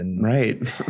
Right